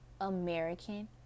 American